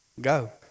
go